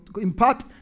impart